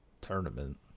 tournament